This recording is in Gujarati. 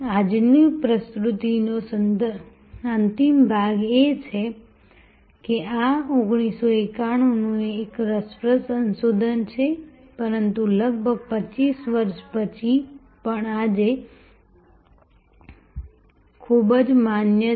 આજની પ્રસ્તુતિનો અંતિમ ભાગ એ હશે કે આ 1991નું એક રસપ્રદ સંશોધન છે પરંતુ લગભગ 25 વર્ષ પછી પણ આજે ખૂબ જ માન્ય છે